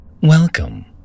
Welcome